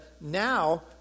now